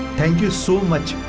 thank you so much.